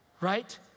right